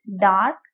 dark